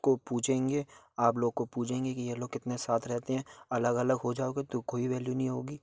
को पूछेंगे आप लोग को पूछेंगे कि ये लोग कितने साथ रहते हैं अलग अलग हो जाओगे तो कोई वैल्यू नहीं होगी